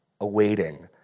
awaiting